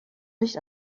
nicht